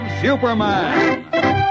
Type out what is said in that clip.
Superman